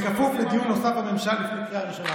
בכפוף לדיון נוסף בממשלה לפני קריאה ראשונה.